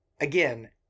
again